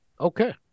Okay